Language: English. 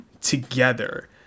together